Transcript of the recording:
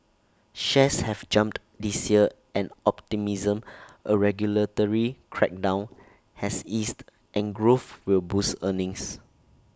shares have jumped this year on optimism A regulatory crackdown has eased and growth will boost earnings